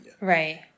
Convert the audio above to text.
right